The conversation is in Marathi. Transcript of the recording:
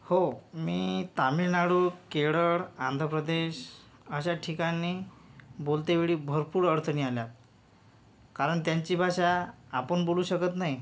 हो मी तामिळनाडू केरळ आंध्र प्रदेश अशा ठिकाणी बोलते वेळी भरपूर अडचणी आल्या कारण त्यांची भाषा आपण बोलू शकत नाही